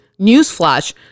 newsflash